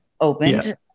opened